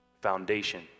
foundation